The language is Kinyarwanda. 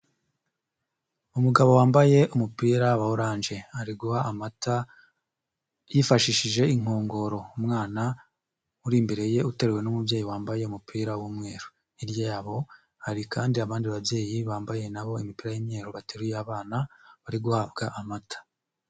Umugabo wambaye umupira wa oranje ari guha amata yifashishije inkongoro, umwana uri imbere ye uteruwe n'umubyeyi wambaye umupira w'umweru, hirya yabo hari kandi abandi babyeyi bambaye nabo imipira y'imweru bateruye abana bari guhabwa amata.